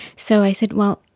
so i said, well,